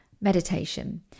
meditation